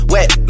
Wet